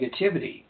negativity